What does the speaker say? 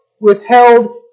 withheld